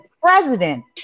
president